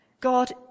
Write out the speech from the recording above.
God